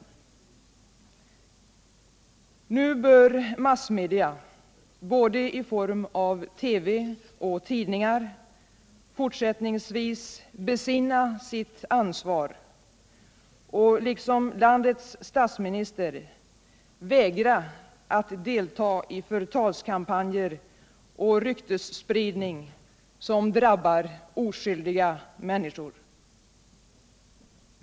51 Nu bör massmedia — både i form av TV och tidningar — fortsättningsvis besinna sitt ansvar och liksom landets statsminister vägra att delta i förtalskampanjer och ryktesspridning som drabbar oskyldiga människor.